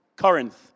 Corinth